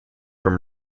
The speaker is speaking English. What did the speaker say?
from